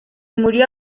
murió